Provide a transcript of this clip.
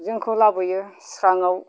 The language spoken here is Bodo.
जोंखौ लाबोयो स्राङाव